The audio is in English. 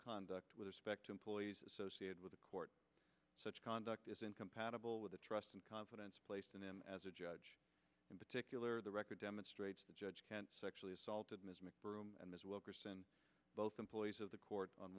conduct with respect to employees associated with the court such conduct is incompatible with the trust and confidence placed in him as a judge in particular the record demonstrates the judge sexually assaulted ms mcbroom and both employees of the court on